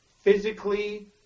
physically